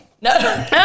No